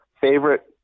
Favorite